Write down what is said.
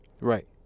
Right